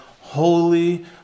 holy